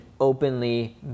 openly